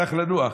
הלך לנוח,